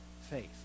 faith